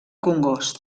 congost